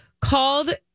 called